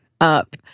up